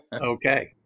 Okay